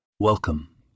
Welcome